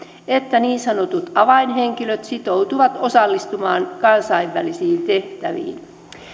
että niin sanotut avainhenkilöt sitoutuvat osallistumaan kansainvälisiin tehtäviin